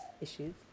issues